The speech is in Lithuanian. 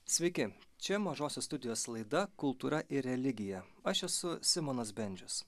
sveiki čia mažosios studijos laida kultūra ir religija aš esu simonas bendžius